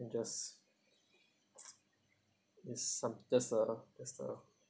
and just it some just a just a